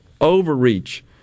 overreach